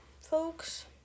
folks